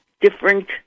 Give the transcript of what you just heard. different